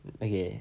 okay